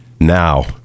now